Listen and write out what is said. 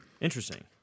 Interesting